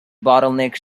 bottleneck